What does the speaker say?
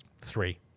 three